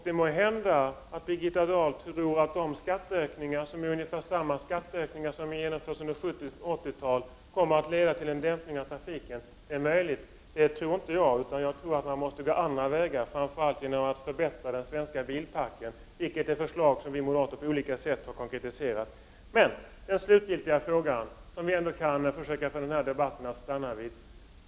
Det må hända att Birgitta Dahl tror att de skatteökningar, som är ungefär desamma som de ökningar som har genomförts under 70 och 80-talen, kommer att leda till en dämpning av trafiken. Jag tror inte det, utan jag tror att man måste gå andra vägar framför allt genom att förbättra den svenska bilparken. Det är ett förslag som vi moderater på olika sätt har konkretiserat.